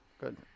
good